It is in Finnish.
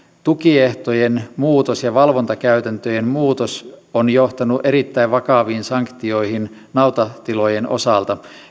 tukiehtojen muutos ja valvontakäytäntöjen muutos on johtanut erittäin vakaviin sanktioihin nautatilojen osalta